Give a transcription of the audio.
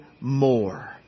more